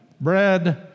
bread